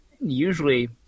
usually